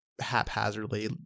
haphazardly